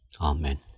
Amen